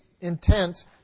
intent